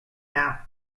now